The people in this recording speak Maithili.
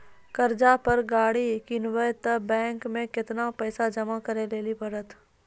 कर्जा पर गाड़ी किनबै तऽ बैंक मे केतना पैसा जमा करे लेली पड़त?